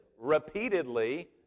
repeatedly